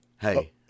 hey